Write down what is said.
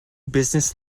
business